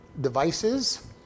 devices